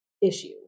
issue